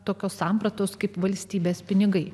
tokios sampratos kaip valstybės pinigai